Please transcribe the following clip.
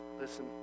Listen